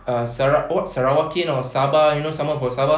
uh sara~ sarawakian or sabah you know someone from sabah